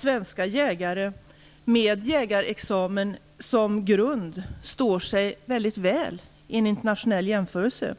Svenska jägare med jägarexamen som grund står sig väldigt väl vid en internationell jämförelse.